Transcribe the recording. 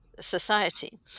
society